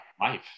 life